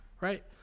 Right